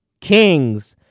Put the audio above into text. Kings